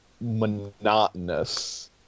monotonous